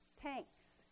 Tanks